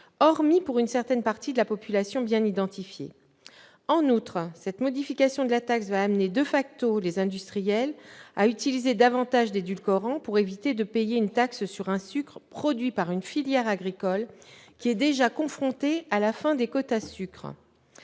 hormis pour une partie de la population bien identifiée. En outre, cette modification de la taxe va amener les industriels,, à utiliser davantage d'édulcorants pour éviter de payer une taxe sur un sucre produit par une filière agricole qui est déjà confrontée à la fin des quotas de sucre.